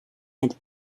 and